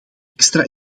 extra